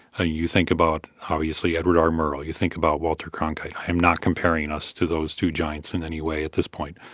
ah you think about, obviously, edward r. murrow. you think about walter cronkite. i'm not comparing us to those two giants in any way at this point.